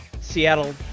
Seattle